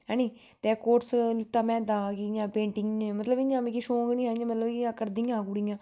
ऐनी ते कोर्स कीता तां में जि'यां पेटिंग मतलब इ'यां मिगी शौंक निं ऐ इ'यां मतलब करदी कुड़ियां